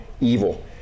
evil